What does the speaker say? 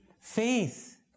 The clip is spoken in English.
faith